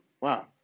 Wow